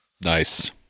nice